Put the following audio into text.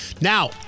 Now